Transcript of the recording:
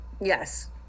yes